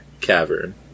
cavern